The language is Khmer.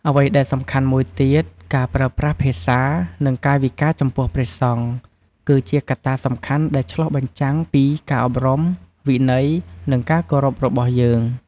អ្វីដែលសំខាន់មួយទៀត ការប្រើប្រាស់ភាសា និងកាយវិការចំពោះព្រះសង្ឃ គឺជាកត្តាសំខាន់ដែលឆ្លុះបញ្ចាំងពីការអប់រំ វិន័យ និងការគោរពរបស់យើង។